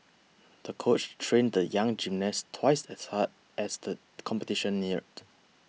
the coach trained the young gymnast twice as hard as the competition neared